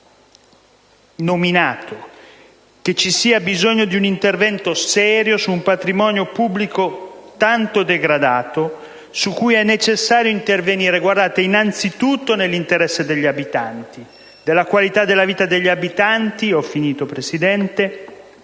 nominato, che ci sia bisogno di un intervento serio su un patrimonio pubblico tanto degradato, su cui è necessario intervenire innanzitutto nell'interesse degli abitanti, della qualità della loro vita, nonché dei